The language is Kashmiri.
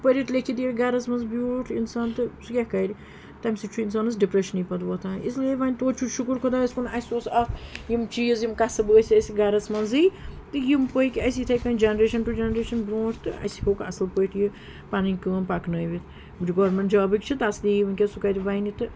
پٔرِیٚتھ لیٚکھِتھ ییٚلہِ گَرَس منٛز بیوٗٹھ اِنسان تہٕ سُہ کیٛاہ کَرِ تمہِ سۭتۍ چھُ اِنسانَس ڈِپریشنٕے پَتہٕ وۄتھان اسلیے وَنۍ توتہِ چھُ شُکُر خۄدایَس کُن اَسہِ اوس اَکھ یِم چیٖز یِم قصب ٲسۍ أسہِ گَرَس منٛزٕے تہٕ یِم پٔکۍ اَسہِ یِتھَے کٔنۍ جَنریشَن ٹُو جَنریشَن برونٛٹھ تہٕ اَسہِ ہیٚوکھ اَصٕل پٲٹھۍ یہِ پَنٕنۍ کٲم پَکنٲوِتھ یہِ گورمنٹ جابٕکۍ چھِ تسلی وٕنکیٚس سُہ کَتہِ بَنہِ تہٕ